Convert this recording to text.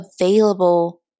available